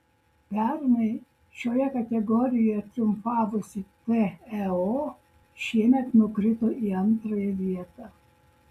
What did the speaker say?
pernai šioje kategorijoje triumfavusi teo šiemet nukrito į antrąją vietą